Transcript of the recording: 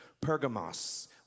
Pergamos